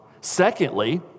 Secondly